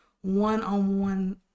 one-on-one